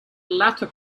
latter